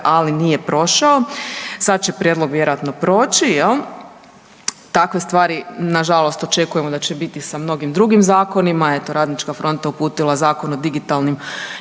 ali nije prošao. Sad će prijedlog vjerojatno proći. Takve stvari na žalost očekujemo da će biti sa mnogim drugim zakonima. Eto Radnička fronta je uputila Zakon o digitalnim